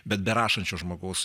bet be rašančio žmogaus